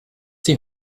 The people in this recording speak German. die